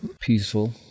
peaceful